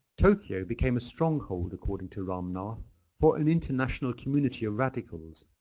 tokyo became a stronghold according to ramnath for an international community of radicals.